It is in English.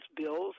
bills